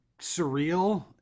surreal